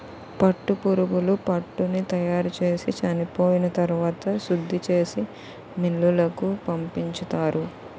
పట్టుపురుగులు పట్టుని తయారుచేసి చెనిపోయిన తరవాత శుద్ధిచేసి మిల్లులకు పంపించుతారు